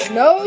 no